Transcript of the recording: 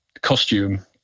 costume